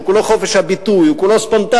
הוא כולו חופש הביטוי, הוא כולו ספונטניות.